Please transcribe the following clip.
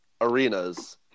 arenas